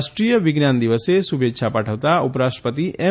રાષ્ટ્રીય વિજ્ઞાન દિવસે શુભેચ્છા પાઠવતાં ઉપરાષ્ટ્રપતિ એમ